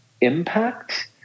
impact